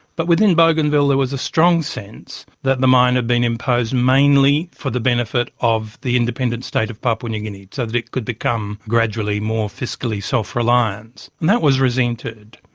but within bougainville there was a strong sense that the mine had been imposed mainly for the benefit of the independent state of papua new guinea so that it could become gradually more fiscally self-reliant, and that was resented.